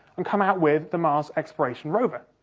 and come out with the mars exploration rover.